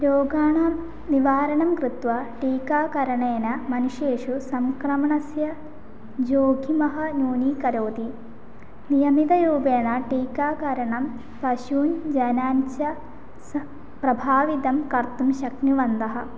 रोगाणां निवारणं कृत्वा टीकाकरणेन मनुष्येषु सङ्क्रमणस्य जोखिमः न्यूनीकरोति नियमितरूपेण टीकाकरणं पशून् जनाञ्च सह प्रभावितुं कर्तुं शक्नुवन्तः